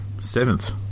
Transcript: seventh